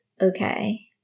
okay